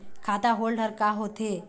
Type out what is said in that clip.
खाता होल्ड हर का होथे?